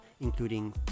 including